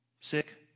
Sick